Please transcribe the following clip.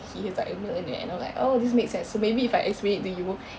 he is like a millionaire and then I'm like oh this makes sense so maybe if I explain it to you